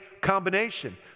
combination